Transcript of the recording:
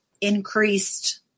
increased